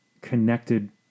connected